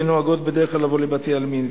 שנוהגות בדרך כלל לבוא לבתי-עלמין.